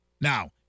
Now